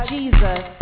Jesus